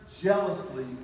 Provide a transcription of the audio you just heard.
Jealously